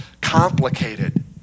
complicated